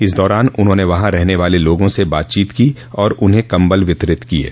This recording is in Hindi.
इस दौरान उन्होंने वहां रहने वाले लोगों से बातचीत की और उन्हें कम्बल वितरित किये